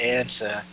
answer